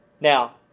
Now